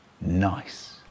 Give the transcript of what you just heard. Nice